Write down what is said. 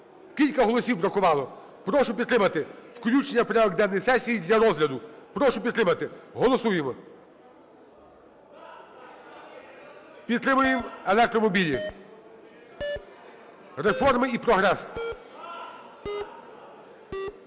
Кілька голосів бракувало, прошу підтримати включення в порядок денний сесії для розгляду, прошу підтримати, голосуємо. Підтримуємо електромобілі – реформи і прогрес.